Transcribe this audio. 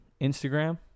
instagram